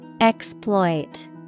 Exploit